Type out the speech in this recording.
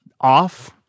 off